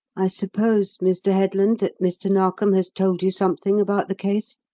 i suppose, mr. headland, that mr. narkom has told you something about the case?